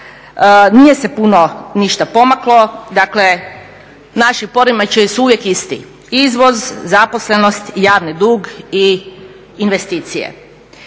nije se puno ništa pomaklo, dakle naši poremećaji su uvijek isti: izvoz, zaposlenost, javni dug i investicije.